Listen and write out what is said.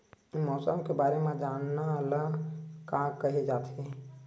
मौसम के बारे म जानना ल का कहे जाथे?